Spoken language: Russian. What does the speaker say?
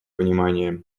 внимание